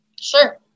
Sure